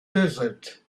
desert